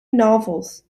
novels